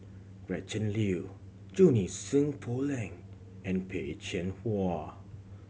Gretchen Liu Junie Sng Poh Leng and Peh Chin Hua